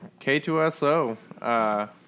K2SO